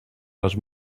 les